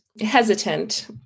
hesitant